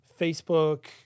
Facebook